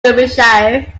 derbyshire